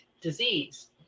disease